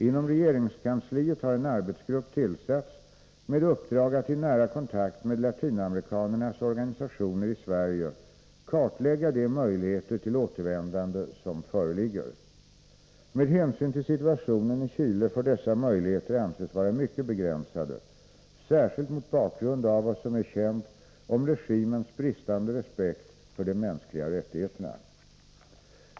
Inom regeringskansliet har en arbetsgrupp tillsatts med uppdrag att i nära kontakt med latinamerikanarnas organisationer i Sverige kartlägga de möjligheter till återvändande som föreligger. Med hänsyn till situationen i Chile får dessa möjligheter anses vara mycket begränsade, särskilt mot bakgrund av vad som är känt om regimens bristande respekt för de mänskliga rättigheterna.